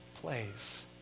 place